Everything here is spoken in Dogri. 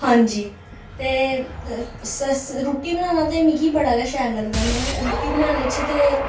हांजी ते रुट्टी बनाना ते मिगी बड़ा गै शैल लगदा में रुट्टी बनाने च ते